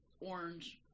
orange